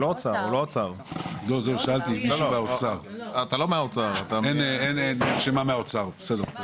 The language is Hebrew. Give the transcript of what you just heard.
שאלתי אם יש מישהו מהאוצר, אין מישהו מהאוצר.